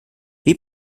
wie